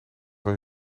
van